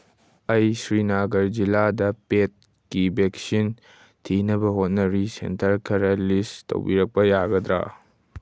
ꯑꯩ ꯁ꯭ꯔꯤꯅꯒꯔ ꯖꯤꯂꯥꯗ ꯄꯦꯠꯀꯤ ꯚꯦꯛꯁꯤꯟ ꯊꯤꯅꯕ ꯍꯣꯠꯅꯔꯤ ꯁꯦꯟꯇꯔ ꯈꯔ ꯂꯤꯁ ꯇꯧꯕꯤꯔꯛꯄ ꯌꯥꯒꯗ꯭ꯔꯥ